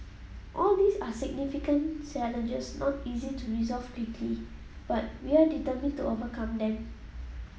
all these are significant challenges not easy to resolve quickly but we are determined to overcome them